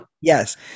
Yes